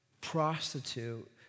prostitute